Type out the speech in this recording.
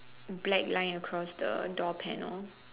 black line across the door panel